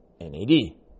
NAD